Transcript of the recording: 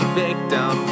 victim